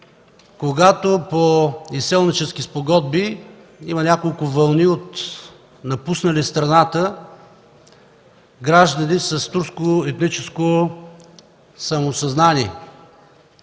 когато по изселнически спогодби има няколко вълни от напуснали страната граждани с турско етническо самосъзнание.